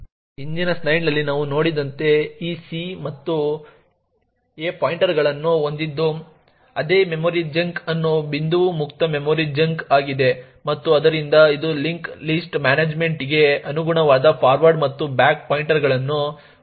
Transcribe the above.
ಹಿಂದಿನ ಸ್ಲೈಡ್ನಲ್ಲಿ ನಾವು ನೋಡಿದಂತೆ ಈ c ಮತ್ತು a ಪಾಯಿಂಟರ್ಗಳನ್ನು ಹೊಂದಿದ್ದು ಅದೇ ಮೆಮೊರಿ ಚಂಕ್ ಅನ್ನು ಬಿಂದುವು ಮುಕ್ತ ಮೆಮೊರಿ ಚಂಕ್ ಆಗಿದೆ ಮತ್ತು ಆದ್ದರಿಂದ ಇದು ಲಿಂಕ್ ಲಿಸ್ಟ್ ಮ್ಯಾನೇಜ್ಮೆಂಟ್ಗೆ ಅನುಗುಣವಾದ ಫಾರ್ವರ್ಡ್ ಮತ್ತು ಬ್ಯಾಕ್ ಪಾಯಿಂಟರ್ಗಳನ್ನು ಹೊಂದಿದೆ